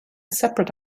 separate